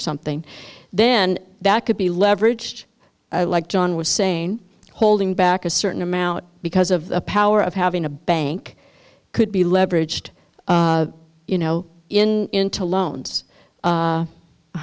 something then that could be leveraged like john was saying holding back a certain amount because of the power of having a bank could be leveraged you know in into loans